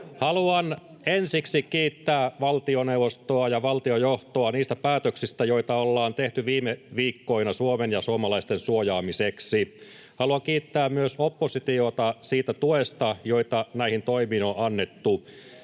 Haluan ensiksi kiittää valtioneuvostoa ja valtiojohtoa niistä päätöksistä, joita ollaan tehty viime viikkoina Suomen ja suomalaisten suojaamiseksi. Haluan kiittää myös oppositiota siitä tuesta, jota näihin toimiin on annettu.